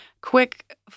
quick